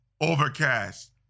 Overcast